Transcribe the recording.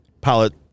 Pilot